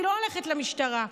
היא לא הולכת למשטרה.